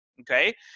okay